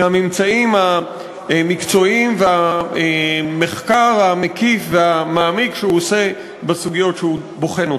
מהממצאים המקצועיים והמחקר המקיף והמעמיק שהוא עושה בסוגיות שהוא בוחן.